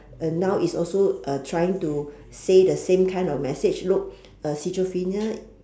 uh now is also uh trying to say the same kind of message look uh schizophrenia